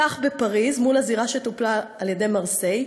כך בפריז מול הזירה שטופלה על-ידי מרסיי,